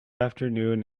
afternoon